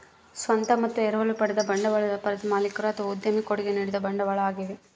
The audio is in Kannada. ಸ್ವಂತ ಮತ್ತು ಎರವಲು ಪಡೆದ ಬಂಡವಾಳ ವ್ಯಾಪಾರದ ಮಾಲೀಕರು ಅಥವಾ ಉದ್ಯಮಿ ಕೊಡುಗೆ ನೀಡಿದ ಬಂಡವಾಳ ಆಗ್ಯವ